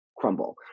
crumble